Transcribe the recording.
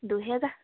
দুই হেজাৰ